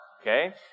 Okay